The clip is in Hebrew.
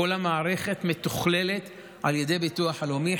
כל המערכת מתוכללת על ידי הביטוח הלאומי.